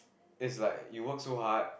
that's like you worked so hard